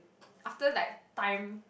after like time